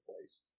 place